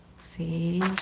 see.